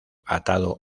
atado